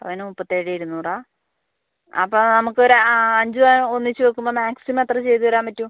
പവന് മുപ്പത്തി ഏഴ് ഇരുന്നൂറാ അ അപ്പോൾ നമക്കൊരു അഞ്ച് പവൻ ഒന്നിച്ച് വെക്കുമ്പോൾ മാക്സിമം എത്ര ചെയ്ത് തരാൻ പറ്റും